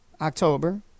October